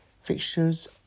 fixtures